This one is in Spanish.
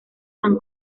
han